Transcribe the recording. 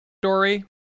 story